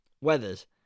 Weathers